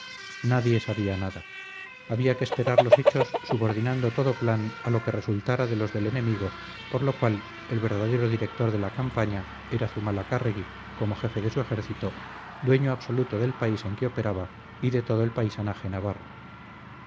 nadie sabía nada había que esperar los hechos subordinando todo plan a lo que resultara de los del enemigo por lo cual el verdadero director de la campaña era zumalacárregui como jefe de su ejército dueño absoluto del país en que operaba y de todo el paisanaje navarro